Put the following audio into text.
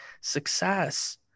success